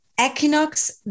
equinox